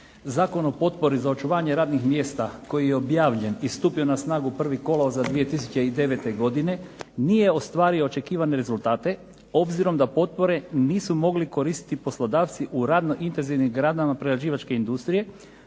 Zakon o potpori za očuvanje radnih mjesta koji je objavljen i stupio na snagu 1. kolovoza 2009. godine nije ostvario očekivane rezultate, obzirom da potpore nisu mogli koristiti poslodavci u radno intenzivnim granama prerađivačke industrije